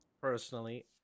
personally